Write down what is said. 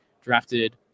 drafted